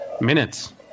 minutes